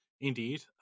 Indeed